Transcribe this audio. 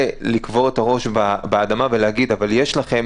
לקבור את הראש באדמה ולהגיד: אבל יש לכם,